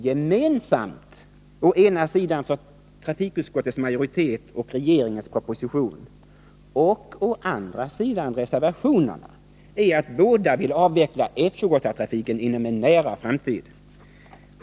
Gemensamt å ena sidan för trafikutskottets majoritet och regeringens 17 proposition och å andra sidan reservationerna är att båda vill avveckla F-28-trafiken inom en nära framtid.